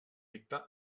dictar